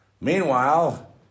Meanwhile